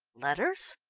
letters?